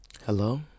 Hello